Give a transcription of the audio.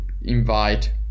invite